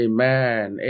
Amen